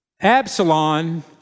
Absalom